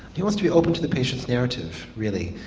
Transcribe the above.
he wants to be open to the patient's narrative really,